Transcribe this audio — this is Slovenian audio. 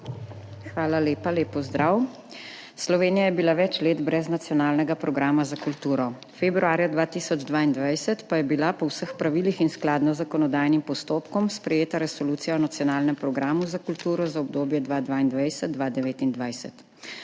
Hvala lepa. Lep pozdrav! Slovenija je bila več let brez nacionalnega programa za kulturo. Februarja 2022 pa je bila po vseh pravilih in skladno z zakonodajnim postopkom sprejeta Resolucija o nacionalnem programu za kulturo za obdobje 2022–2029.